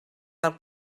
del